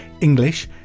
English